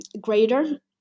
greater